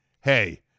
hey